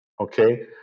Okay